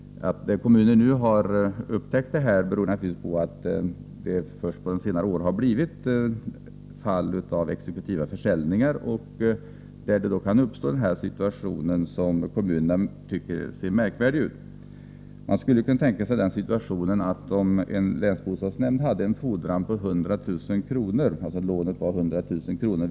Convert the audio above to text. Att kommuner har upptäckt detta nu beror naturligtvis på att det först på senare år har blivit några fall av exekutiva försäljningar, där situationer kan uppstå som kommunerna tycker ser märkvärdiga ut. Man skulle kunna tänka sig den situationen att en länsbostadsnämnd hade en fordran på 100 000 kr. — dvs. att lånet var 100 000 kr.